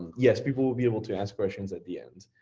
yes, people will be able to ask questions at the end.